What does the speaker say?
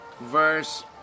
verse